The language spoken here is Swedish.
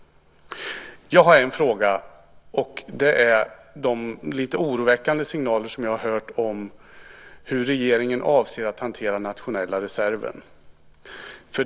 Jag har en fråga som gäller de lite oroväckande signaler som jag har hört om hur regeringen avser att hantera den nationella reserven.